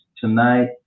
tonight